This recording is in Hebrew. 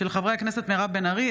חברי הכנסת מירב בן ארי,